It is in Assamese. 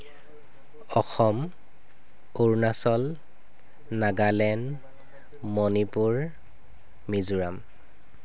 অসম অৰুণাচল নাগালেণ্ড মণিপুৰ মিজোৰাম